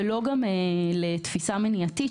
ולא גם לתפיסה מניעתית,